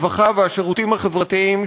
הרווחה והשירותים החברתיים,